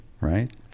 right